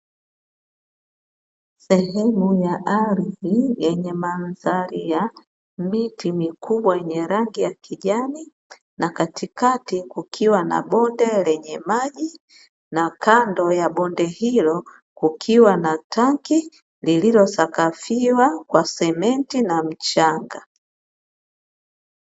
Sehemu ya ardhi yenye mandhari ya miti mikubwa yenye rangi ya kijani, na katikati kukiwa na bonde lenye maji. Na kando ya bonde hilo kukiwa na tanki lililosakafiwa kwa sementi na mchanga.